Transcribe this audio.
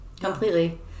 completely